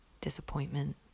disappointment